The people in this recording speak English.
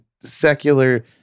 secular